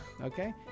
okay